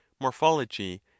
morphology